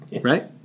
right